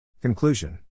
Conclusion